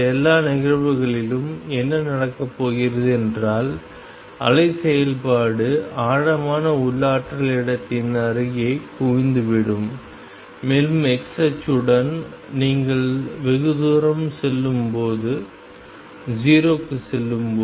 இந்த எல்லா நிகழ்வுகளிலும் என்ன நடக்கப் போகிறது என்றால் அலை செயல்பாடு ஆழமான உள்ளாற்றல் இடத்தின் அருகே குவிந்துவிடும் மேலும் x அச்சுடன் நீங்கள் வெகுதூரம் செல்லும்போது 0 க்குச் செல்லும்